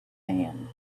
hand